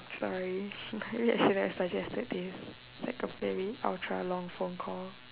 sorry hardly should I have suggested this is like a very ultra long phone call